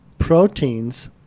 proteins